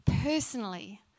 personally